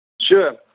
Sure